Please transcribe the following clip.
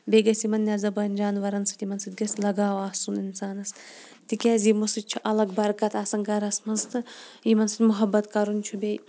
بیٚیہِ گَژھِ یِمَن نیٚے زَبان جانوَرَن سۭتۍ یِمَن سۭتۍ گَژھِ لَگاو آسُن اِنسانَس تِکیٛاز یِمو سۭتۍ چھِ اَلَگ بَرکَت آسان گَرَس مَنٛز تہٕ یِمَن سۭتۍ محبت کَرُن چھُ بیٚیہِ